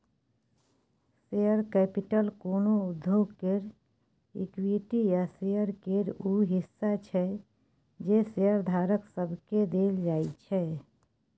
share capital कोनो उद्योग केर इक्विटी या शेयर केर ऊ हिस्सा छै जे शेयरधारक सबके देल जाइ छै